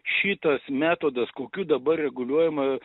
šitas metodas kokiu dabar reguliuojama